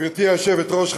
גברתי היושבת-ראש,